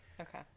Okay